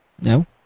No